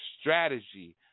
strategy